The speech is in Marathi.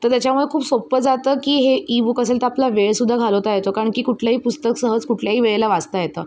तर त्याच्यामुळे खूप सोप्पं जातं की हे ईबुक असेल तर आपला वेळसुद्धा घालवता येतो कारण की कुठलंही पुस्तक सहज कुठल्याही वेळेला वाचता येतं